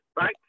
right